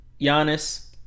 Giannis